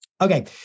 Okay